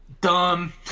Dumb